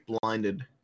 blinded